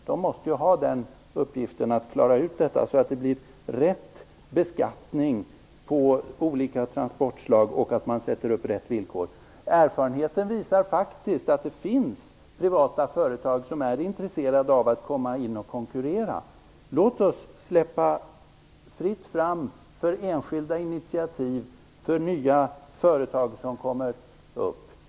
Den måste ha i uppgift att klara ut detta så att det blir rätt beskattning på olika transportslag och så att man sätter upp rätt villkor. Erfarenheten visar faktiskt att det finns privata företag som är intresserade av att konkurrera. Låt oss släppa fram enskilda initiativ och nya företag som kommer upp.